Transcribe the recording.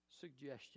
suggestion